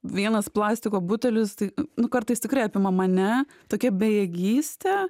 vienas plastiko butelis tai nu kartais tikrai apima mane tokia bejėgystė